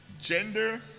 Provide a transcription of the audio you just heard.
gender